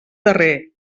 darrer